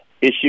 issue